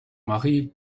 mari